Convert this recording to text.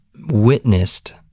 witnessed